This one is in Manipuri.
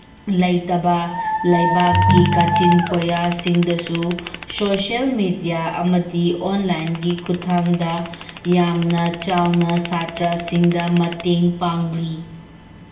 ꯂꯩꯇꯕ ꯂꯩꯕꯥꯛꯀꯤ ꯀꯥꯆꯤꯟ ꯀꯣꯏꯌꯥꯁꯤꯡꯗꯁꯨ ꯁꯣꯁꯦꯜ ꯃꯦꯗꯤꯌꯥ ꯑꯃꯗꯤ ꯑꯣꯟꯂꯥꯏꯟꯒꯤ ꯈꯨꯠꯊꯥꯡꯗ ꯌꯥꯝꯅ ꯆꯥꯎꯅ ꯁꯥꯇ꯭ꯔꯁꯤꯡꯗ ꯃꯇꯦꯡ ꯄꯥꯡꯂꯤ